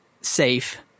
safe –